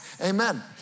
Amen